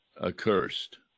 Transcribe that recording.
accursed